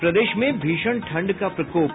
और प्रदेश में भीषण ठंड का प्रकोप